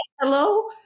Hello